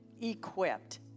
equipped